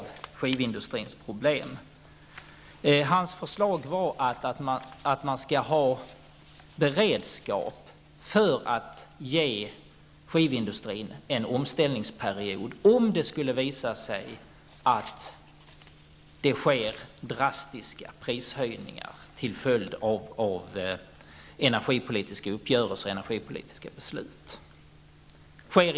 Hans förslag gick ut på att man skall ha beredskap för att ge skivindustrin en omställningsperiod, om det skulle visa sig att de energipolitiska besluten ger upphov till drastiska prishöjningar.